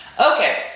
okay